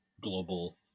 global